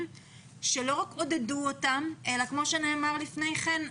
שלא רק עודדו אותן אלא כמו שנאמר לפני כן,